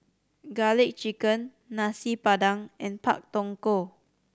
Garlic Chicken Nasi Padang and Pak Thong Ko